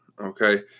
Okay